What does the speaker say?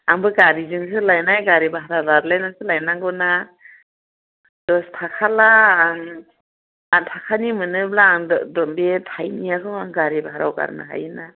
आंबो गारिजोंसो लायनाय गारि भारा लालायनानैसो लायनांगौना दस थाखाला आं आथ थाखानि मोनोब्ला आं बे आं बे थायनैयाखौ आं गारि भारायाव गारनो हायो ना